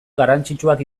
garrantzitsuak